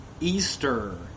Easter